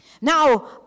Now